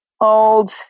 old